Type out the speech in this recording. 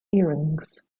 earrings